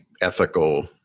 Ethical